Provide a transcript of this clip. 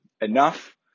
enough